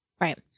Right